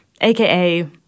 aka